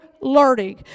learning